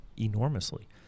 enormously